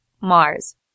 Mars